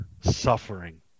suffering